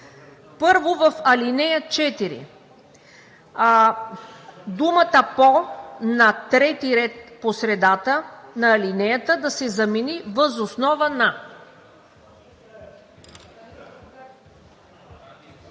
Първо, в ал. 4 думата „по“ – на трети ред по средата на алинеята, да се замени „въз основа на“.